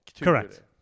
Correct